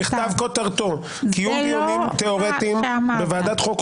כותרתו של המכתב: "קיום דיונים תיאורטיים בוועדת החוקה,